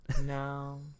no